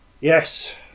Yes